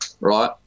right